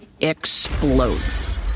explodes